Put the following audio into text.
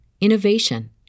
innovation